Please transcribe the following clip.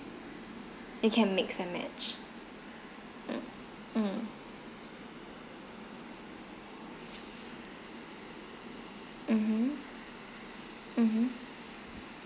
you can mix and match mm mm mmhmm mmhmm